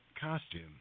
costume